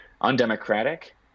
undemocratic